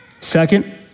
Second